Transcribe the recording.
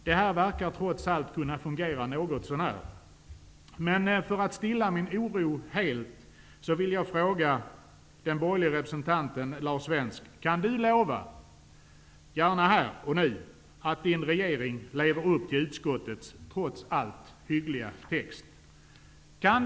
Det här verkar trots allt kunna fungera något så när, men för att stilla min oro helt, vill jag fråga den borgerliga representanten Lars Svensk: Kan Lars Svensk här och nu lova att regeringen lever upp till utskottets, trots allt, hyggliga skrivning?